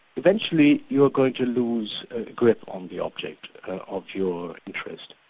eventually you are going to lose grip on the object of your interest,